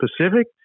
Pacific